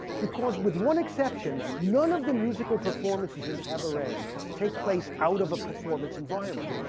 because with one exception, none of the musical performances in cabaret take place out of a performance environment.